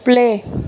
play